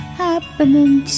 happening